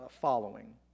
following